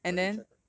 probably risha tan